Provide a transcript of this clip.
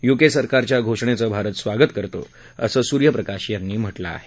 UK सरकारच्या घोषणेचं भारत स्वागत करतो असं सुर्यप्रकाश यांनी म्हटलं आहे